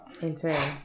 Insane